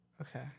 Okay